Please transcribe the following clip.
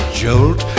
jolt